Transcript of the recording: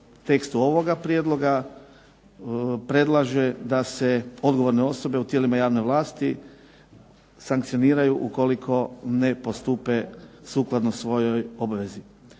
tekstu ovog Prijedloga predlaže da se odgovorne osobe u tijelima javne vlasti sankcioniraju ukoliko ne postupe sukladno svojoj obvezi.